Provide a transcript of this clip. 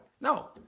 no